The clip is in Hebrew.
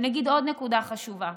אגיד עוד נקודה חשובה,